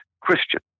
Christian